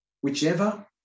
Whichever